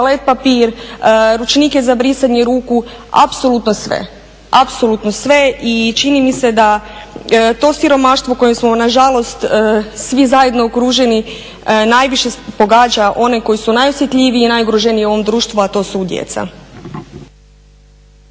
toalet papir, ručnike za brisanje ruku, apsolutno sve, apsolutno sve i čini mi se da to siromaštvo kojim smo nažalost svi zajedno okruženi najviše pogađa one koji su najosjetljiviji i najugroženiji u ovom društvu, a to su djeca.